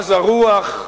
עז הרוח,